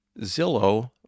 Zillow